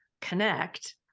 connect